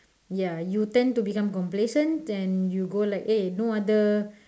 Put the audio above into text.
ya you tend to become complacent and you go like eh no other